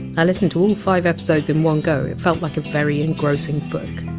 i listened to all five episodes in one go, it felt like a very engrossing book.